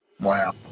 Wow